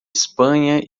espanha